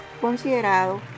considerado